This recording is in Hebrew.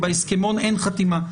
בהסכמון אין חתימה.